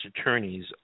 attorneys